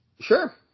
Sure